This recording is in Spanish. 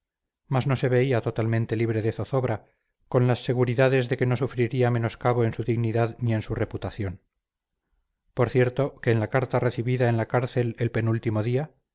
mas no se veía totalmente libre de zozobra con las seguridades de que no sufriría menoscabo en su dignidad ni en su reputación por cierto que en la carta recibida en la cárcel el penúltimo día